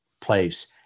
place